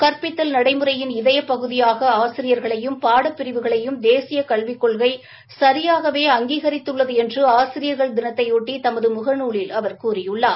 கற்பித்தல் நடைமுறையின் இதய பகுதியாக ஆசிரியர்களையும் பாடப்பிரிவுகளையும் தேசிய கல்விக் கொள்கை சியாகவே அங்கீகித்துள்ளது என்று ஆசிரியர்கள் தினத்தையொட்டி தமது முகநூல் கூறியுள்ளார்